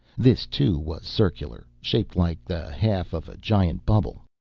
this, too, was circular, shaped like the half of a giant bubble.